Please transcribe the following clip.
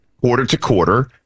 quarter-to-quarter